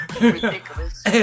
Ridiculous